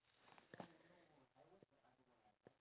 oh gosh we're so cruel